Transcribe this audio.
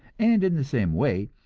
and in the same way,